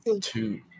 two